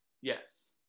Yes